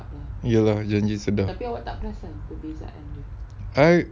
ya lah janji sedap I